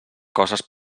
coses